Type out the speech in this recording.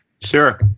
Sure